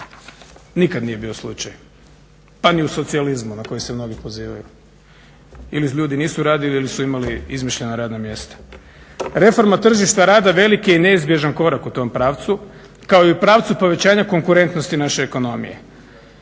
nikad nije bio slučaj, pa ni u socijalizmu na koji se mnogi pozivaju. Ili ljudi nisu radili ili su imali izmišljena radna mjesta. Reforma tržišta rada velik je i neizbježan korak u tom pravcu kao i u pravcu povećanja konkurentnosti naše ekonomije.